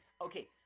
Okay